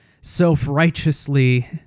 self-righteously